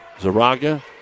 Zaraga